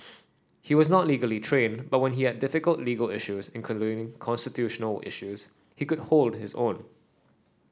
he was not legally trained but when we had difficult legal issues including constitutional issues he could hold his own